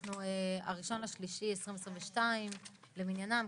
אנחנו ב-1.3.2022 למניינם,